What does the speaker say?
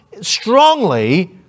strongly